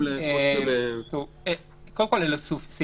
קודם כול, אלה סעיפי הסמכה.